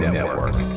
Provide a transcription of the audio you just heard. Network